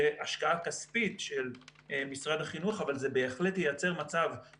זו השקעה כספית של משרד החינוך אבל זה בהחלט יביא ליכולת